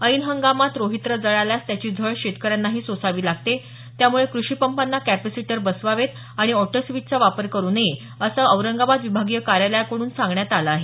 ऐन हंगामात रोहित्र जळाल्यास त्याची झळ शेतकऱ्यांनाही सोसावी लागते त्यामुळे कृषिपंपांना कॅपॅसिटर बसवावेत आणि ऑटोस्विचचा वापर करू नये असं औरंगाबाद विभागीय कार्यालयाकड्रन सांगण्यात आलं आहे